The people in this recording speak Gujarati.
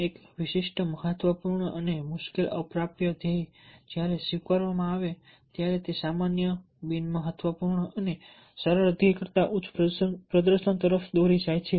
એક વિશિષ્ટ મહત્વપૂર્ણ અને મુશ્કેલ અપ્રાપ્ય ધ્યેય જ્યારે સ્વીકારવામાં આવે છે ત્યારે તે સામાન્ય બિનમહત્વપૂર્ણ અને સરળ ધ્યેય કરતાં ઉચ્ચ પ્રદર્શન તરફ દોરી જાય છે